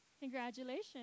Congratulations